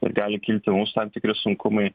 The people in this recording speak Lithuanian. gali kilti ir mums tam tikri sunkumai